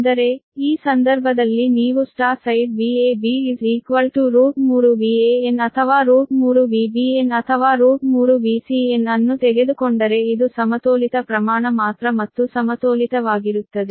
ಅಂದರೆ ಈ ಸಂದರ್ಭದಲ್ಲಿ ನೀವು Y ಸೈಡ್ VAB3 VAn ಅಥವಾ 3VBn ಅಥವಾ 3VCn ಅನ್ನು ತೆಗೆದುಕೊಂಡರೆ ಇದು ಸಮತೋಲಿತ ಪ್ರಮಾಣ ಮಾತ್ರ ಮತ್ತು ಸಮತೋಲಿತವಾಗಿರುತ್ತದೆ